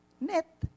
net